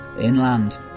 inland